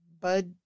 Bud